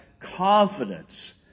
confidence